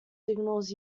signals